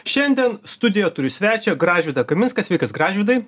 šiandien studijoje turiu svečią gražvydą kaminską sveikas gražvydai